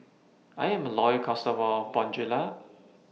I'm A Loyal customer of Bonjela